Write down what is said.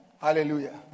hallelujah